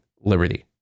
liberty